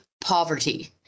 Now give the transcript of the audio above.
poverty